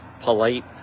polite